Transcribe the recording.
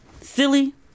Silly